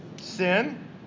sin